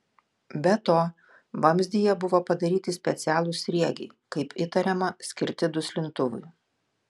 be to vamzdyje buvo padaryti specialūs sriegiai kaip įtariama skirti duslintuvui